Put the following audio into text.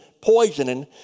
poisoning